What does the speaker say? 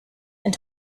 and